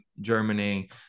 Germany